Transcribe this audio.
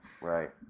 Right